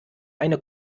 eine